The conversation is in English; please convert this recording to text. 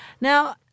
Now